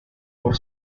por